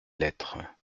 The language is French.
lettres